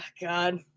God